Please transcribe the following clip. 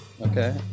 Okay